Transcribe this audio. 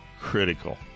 critical